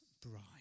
bride